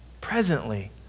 presently